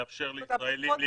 לאפשר לישראלים להיכנס.